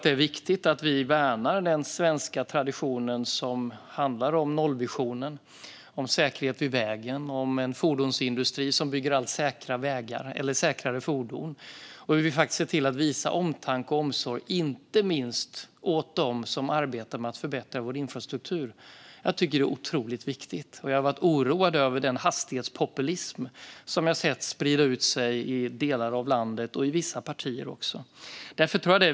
Det är viktigt att vi värnar den svenska traditionen som handlar om nollvisionen, om säkerhet vid vägen, om en fordonsindustri som bygger allt säkrare fordon. Vi vill se till att visa omtanke och omsorg inte minst om dem som arbetar med att förbättra vår infrastruktur. Det är otroligt viktigt. Jag har varit oroad över den hastighetspopulism som jag har sett sprida ut sig i delar av landet och i vissa partier.